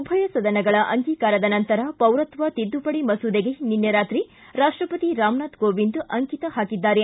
ಉಭಯ ಸದನಗಳ ಅಂಗೀಕಾರದ ನಂತರ ಪೌರತ್ವ ತಿದ್ದುಪಡಿ ಮಸೂದೆಗೆ ನಿನ್ನೆ ರಾತ್ರಿ ರಾಪ್ಷಪತಿ ರಾಮನಾಥ್ ಕೋವಿಂದ ಅಂಕಿತ ನೀಡಿದ್ದಾರೆ